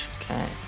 Okay